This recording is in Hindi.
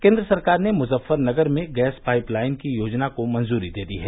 केन्द्र सरकार ने मुजफ्फरनगर में गैस पाइप लाइन की योजना को मंजूरी दे दी है